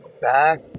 back